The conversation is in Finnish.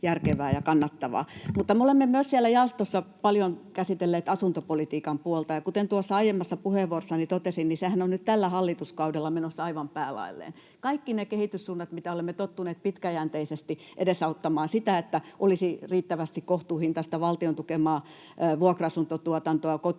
järkevä ja kannattava. Me olemme siellä jaostossa paljon käsitelleet myös asuntopolitiikan puolta. Ja kuten aiemmassa puheenvuorossani totesin, sehän on nyt tällä hallituskaudella menossa aivan päälaelleen. Kaikki ne kehityssuunnat, millä olemme tottuneet pitkäjänteisesti edesauttamaan sitä, että olisi riittävästi kohtuuhintaista, valtion tukemaa vuokra-asuntotuotantoa,